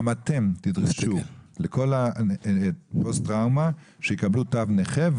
אתם תדרשו שכל הפוסט טראומה יקבלו תו נכה.